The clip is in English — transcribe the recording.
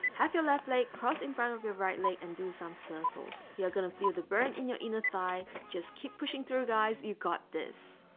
have your left leg crossed in front of your right leg and do some circles you are going to feel the burn in your inner thigh just keep pushing through guys. you've got this